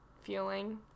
feeling